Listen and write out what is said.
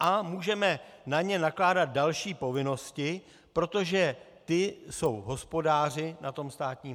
a můžeme na ně nakládat další povinnosti, protože ty jsou hospodáři na tom státním majetku.